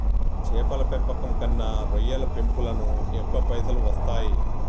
చేపల పెంపకం కన్నా రొయ్యల పెంపులను ఎక్కువ పైసలు వస్తాయి